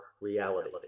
reality